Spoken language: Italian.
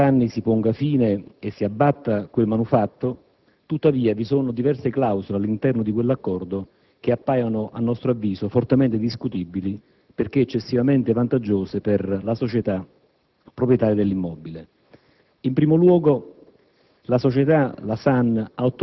Fermo restando che gli interpellanti sono d'accordo che, dopo quarant'anni, si ponga fine e si abbatta quel manufatto, tuttavia vi sono diverse clausole all'interno di quell'accordo che appaiono, a nostro avviso, fortemente discutibili, perché eccessivamente vantaggiose per la società